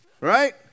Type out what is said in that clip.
Right